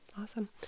Awesome